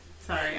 Sorry